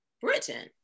Britain